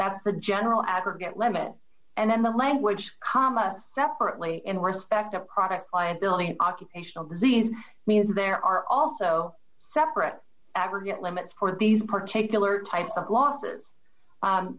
that's the general aggregate limit and then the language comest separately in respect to product liability an occupational disease means there are also separate aggregate limits for these particular types of losses